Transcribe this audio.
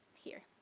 here.